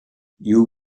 you